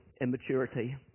immaturity